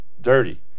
Dirty